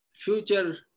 future